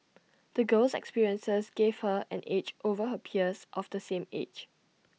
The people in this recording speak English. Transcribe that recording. the girl's experiences gave her an edge over her peers of the same age